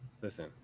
listen